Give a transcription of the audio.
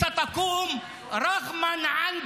(אומר דברים בשפה הערבית,